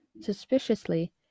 Suspiciously